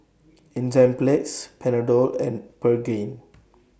Enzyplex Panadol and Pregain